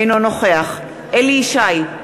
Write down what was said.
אינו נוכח אליהו ישי,